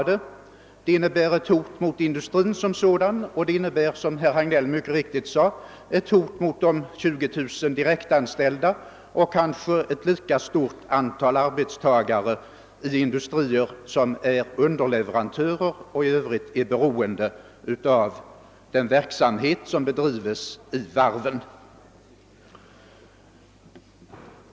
Det systemet innebär ett hot mot industrin som sådan och — som herr Hagnell också mycket riktigt framhöll — ett hot mot de 20 000 direkt anställda och kanske ett lika stort antal arbetstagare i industrier som är underleverantörer till varvsindustrin och beroende av den verksamhet som bedrives vid varven.